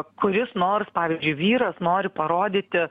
kuris nors pavyzdžiui vyras nori parodyti